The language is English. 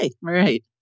right